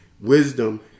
wisdom